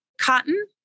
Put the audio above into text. cotton